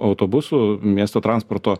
autobusų miesto transporto